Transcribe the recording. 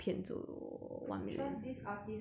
trust this artist or trust this manager